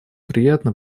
приятно